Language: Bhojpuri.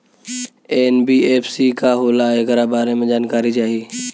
एन.बी.एफ.सी का होला ऐकरा बारे मे जानकारी चाही?